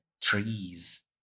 trees